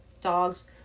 dogs